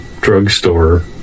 drugstore